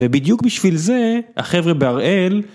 מירי אהובה שלי